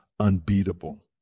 Unbeatable